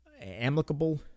amicable